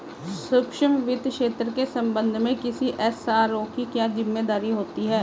सूक्ष्म वित्त क्षेत्र के संबंध में किसी एस.आर.ओ की क्या जिम्मेदारी होती है?